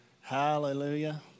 Hallelujah